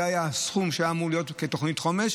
זה היה הסכום שהיה אמור להיות כתוכנית חומש.